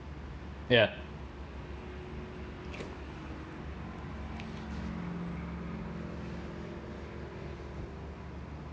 ya